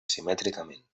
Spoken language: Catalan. simètricament